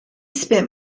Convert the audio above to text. spent